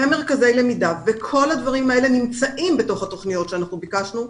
ומרכזי למידה וכל הדברים האלה שנמצאים בתוך התכניות שאנחנו ביקשנו,